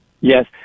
Yes